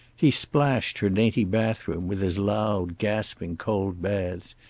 he splashed her dainty bathroom with his loud, gasping cold baths.